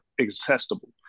accessible